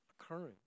occurring